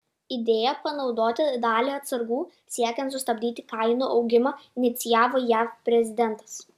idėją panaudoti dalį atsargų siekiant sustabdyti kainų augimą inicijavo jav prezidentas